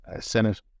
Senate